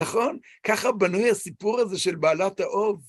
נכון? ככה בנוי הסיפור הזה של בעלת האוב.